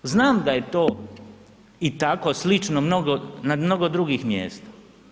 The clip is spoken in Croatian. Znam da je to i tako slično na mnogo drugih mjesta.